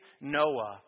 Noah